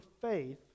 faith